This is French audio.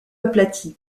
aplatie